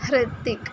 Hrithik